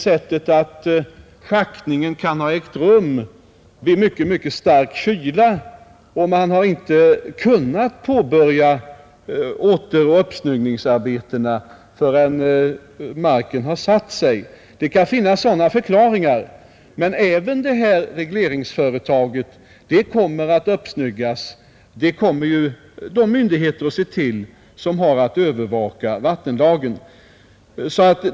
Schaktningen kanske har ägt rum vid mycket mycket stark kyla och man har inte kunnat påbörja uppsnyggningsarbetena förrän marken har satt sig. Det kan finnas sådana förklaringar. Men även detta regleringsföretag kommer att uppsnyggas; det kommer de myndigheter att se till som har att övervaka vattenlagen.